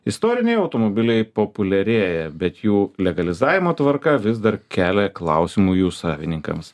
istoriniai automobiliai populiarėja bet jų legalizavimo tvarka vis dar kelia klausimų jų savininkams